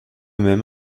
même